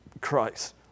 Christ